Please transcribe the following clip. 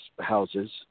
houses